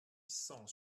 cent